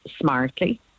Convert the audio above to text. smartly